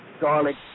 garlic